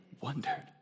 wondered